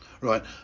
right